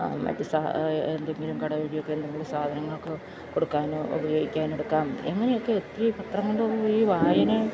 ആ മറ്റ് എന്തെങ്കിലും കട വഴിയൊക്കെ എന്തെങ്കിലും സാധനങ്ങളൊക്കെ കൊടുക്കാനും ഉപയോഗിക്കാനെടുക്കാം എങ്ങനെയൊക്കെ എത്രയോ പത്രം കൊണ്ട് ഈ വായനയും